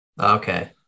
Okay